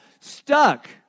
stuck